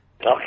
Okay